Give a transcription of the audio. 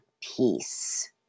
peace